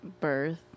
birth